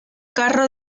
carro